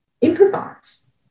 improvise